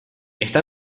está